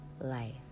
life